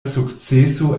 sukceso